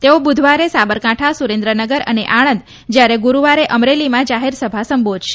તેઓ બુધવારે સાબરકાંઠા સુરેન્દ્રનગર અને આણંદ જયારે ગુરૂવારે અમરેલીના જાહેરસભા સંબોધશે